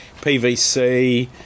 PVC